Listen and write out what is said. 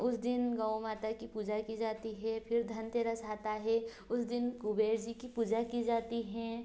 उस दिन गौ माता कि पूजा कि जाती है फिर धनतेरस आता है उस दिन कुबेर जी की पूजा की जाती है